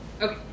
Okay